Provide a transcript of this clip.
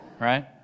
Right